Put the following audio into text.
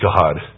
God